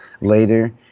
later